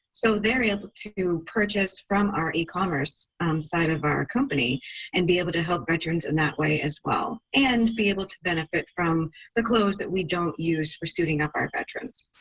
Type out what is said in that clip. so they're able to purchase from our ecommerce side of our company and be able to help veterans in that way as well, and be able to benefit from the clothes that we don't use for suiting up our veterans.